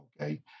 okay